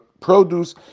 produce